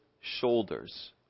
shoulders